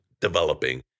developing